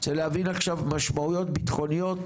אני רוצה להבין עכשיו משמעויות ביטחוניות,